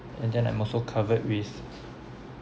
and then I'm also covered with